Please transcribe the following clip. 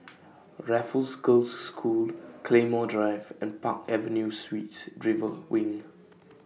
Raffles Girls' School Claymore Drive and Park Avenue Suites River Wing